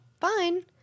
fine